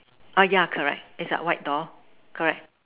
uh yeah correct it's a white door correct